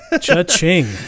Cha-ching